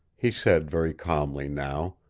he said, very calmly now.